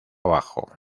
abajo